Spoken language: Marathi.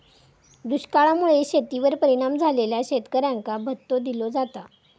दुष्काळा मुळे शेतीवर परिणाम झालेल्या शेतकऱ्यांका भत्तो दिलो जाता